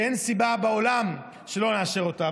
שאין סיבה בעולם שלא נאשר אותה.